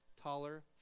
taller